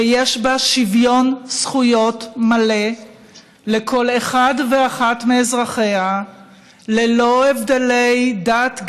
ויש בה שוויון זכויות מלא לכל אחד ואחת מאזרחיה ללא הבדלי דת,